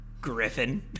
Griffin